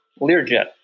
Learjet